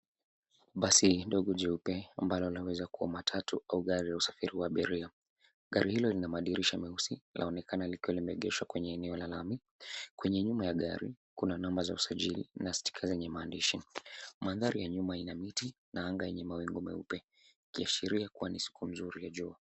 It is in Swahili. Basi dogo jeupe ambalo laweza kuwa matatu au gari la usafiri wa abiria. Gari hilo lina madirisha meusi laonekana likiwa limeegeshwa kwenye eneo la lami. Kwenye nyuma ya gari kuna namba za usajili na sticker zenye maandishi. Mandhari ya nyuma yana miti ikiashiria kuwa na siku nzuri ya jua.